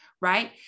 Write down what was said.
right